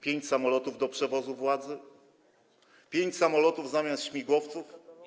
Pięć samolotów do przewozu władzy, pięć samolotów zamiast śmigłowców?